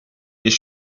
est